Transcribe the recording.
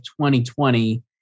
2020